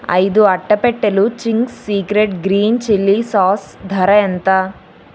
ఐదు అట్టపెట్టెలు Ching's secret green chilli sauce ధర ఎంత